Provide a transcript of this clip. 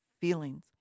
feelings